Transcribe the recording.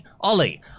Ollie